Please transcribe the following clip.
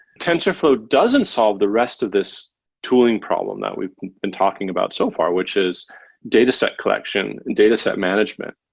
tensorflow doesn't solve the rest of this tooling problem that we've been talking about so far, which is dataset collection and dataset management.